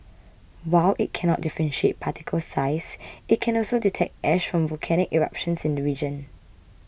while it cannot differentiate particle size it can also detect ash from volcanic eruptions in the region